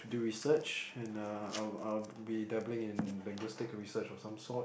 to do research and uh I'll I'll be dabbling in linguistic research of some sort